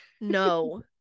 No